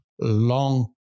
long